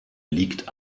liegt